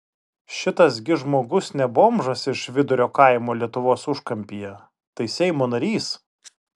šitas gi žmogus ne bomžas iš vidurio kaimo lietuvos užkampyje tai seimo narys